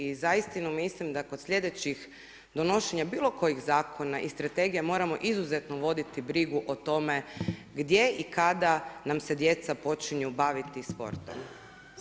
I za istinu mislim da kod sljedećih donošenja bilo kojih zakona i strategija moramo izuzetno voditi brigu o tome gdje i kada nam se djeca počinju baviti sportom.